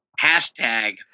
Hashtag